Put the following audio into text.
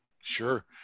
Sure